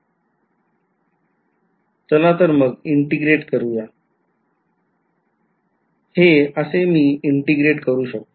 चला तर मग integrate करूयात मी असे integrate करेल